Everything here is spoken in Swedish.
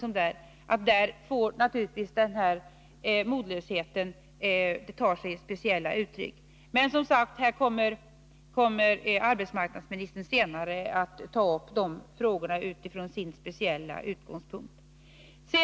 Men arbetsmarknadsministern kommer alltså senare att ta upp de frågorna utifrån sin speciella utgångspunkt.